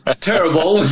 terrible